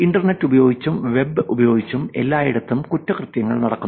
internet ഉപയോഗിച്ചും web ഉപയോഗിച്ചും എല്ലായിടത്തും കുറ്റകൃത്യങ്ങൾ നടക്കുന്നു